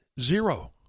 Zero